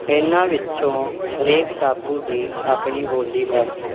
ਇਨ੍ਹਾਂ ਵਿੱਚੋਂ ਹਰੇਕ ਟਾਪੂ ਦੀ ਆਪਣੀ ਬੋਲੀ ਹੈ